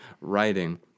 writing